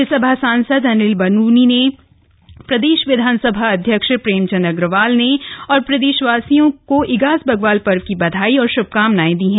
राज्यसभा सांसद अनिल बलूनी ने और प्रदेश विधानसभा अध्यक्ष प्रेमचंद अग्रवाल ने प्रदेशवासियों को ईगास बग्वाल पर्व की बधाई और श्भकामनाएं दी है